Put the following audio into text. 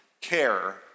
care